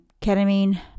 ketamine